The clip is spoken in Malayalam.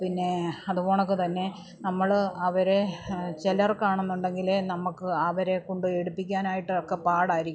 പിന്നെ അത് കണക്ക് തന്നെ നമ്മള് അവരെ ചിലർക്ക് ആണെന്നുടെങ്കില് നമുക്ക് അവരെ കൊണ്ട് എടുപ്പിക്കാനൊക്കെ പാടായിരിക്കും